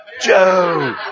Joe